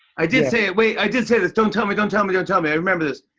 i did say it. wait. i did say this. don't tell me. don't tell me. don't tell me. i remember this.